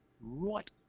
right